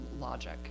logic